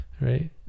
right